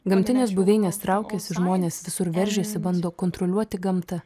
gamtinės buveinės traukiasi žmonės visur veržiasi bando kontroliuoti gamtą